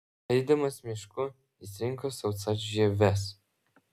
eidamas mišku jis rinko sausas žieves